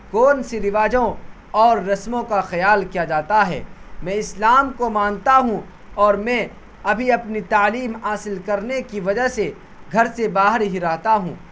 کون سی رواجوں اور رسموں کا خیال کیا جاتا ہے میں اسلام کو مانتا ہوں اور میں ابھی اپنی تعلیم حاصل کرنے کی وجہ سے گھر سے باہر ہی رہتا ہوں